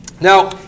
Now